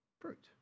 fruit